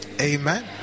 Amen